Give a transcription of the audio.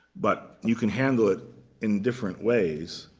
but you can handle it in different ways.